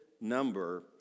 number